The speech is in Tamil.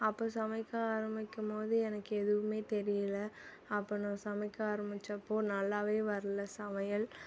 அப்போ சமைக்க ஆரம்பிக்கும்போது எனக்கு எதுவும் தெரியல அப்போ நான் சமைக்க ஆரம்பிச்சப்போ நல்லா வரல சமையல்